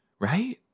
Right